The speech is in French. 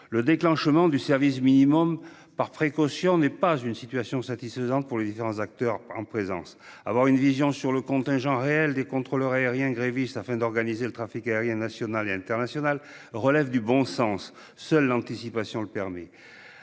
le déclenchement du service minimum par précaution n'est pas une situation satisfaisante pour les différents acteurs en présence. Disposer d'une vision sur le contingent réel des contrôleurs aériens grévistes afin d'organiser le trafic aérien national et international relève du bon sens. Or seule l'anticipation le permet.